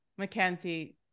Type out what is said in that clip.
McKenzie